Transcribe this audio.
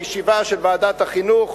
בישיבה של ועדת החינוך,